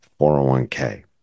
401k